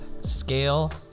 scale